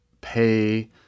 pay